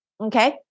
okay